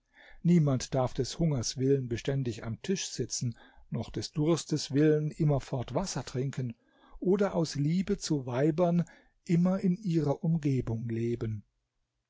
niemand darf des hungers willen beständig am tisch sitzen noch des durstes willen immerfort wasser trinken oder aus liebe zu weibern immer in ihrer umgebung leben